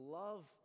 love